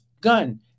gun